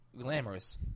glamorous